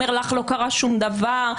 אומרים לך: לא קרה שום דבר.